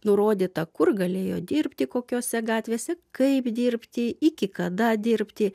nurodyta kur galėjo dirbti kokiose gatvėse kaip dirbti iki kada dirbti